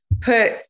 put